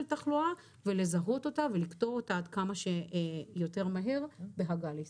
תחלואה ולזהות אותה ולקטוע אותה כמה שיותר מהר בהגעה לישראל.